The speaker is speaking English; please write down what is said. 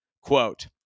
Quote